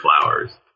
flowers